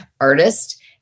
artist